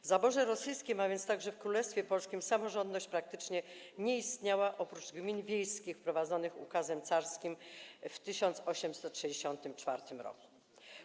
W zaborze rosyjskim, a więc także w Królestwie Polskim, samorządność praktycznie nie istniała oprócz gmin wiejskich wprowadzonych ukazem carskim w 1864 r.